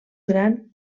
gran